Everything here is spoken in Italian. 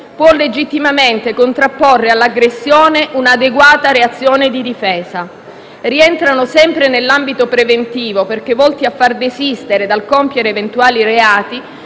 può legittimamente contrapporre all'aggressione un'adeguata reazione di difesa. Rientrano sempre nell'ambito preventivo, perché volti a far desistere dal compiere eventuali reati,